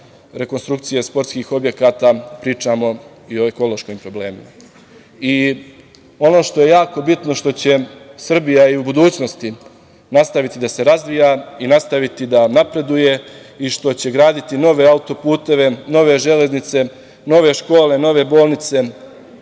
rekonstrukcije sportskih objekata, pričamo o ekološkim problemima. Ono što je jako bitno, što će Srbija u budućnosti nastaviti da razvija, nastaviti da napreduje i što će graditi nove autoputeve, nove železnice, nove škole, nove bolnice,